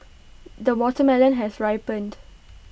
the watermelon has ripened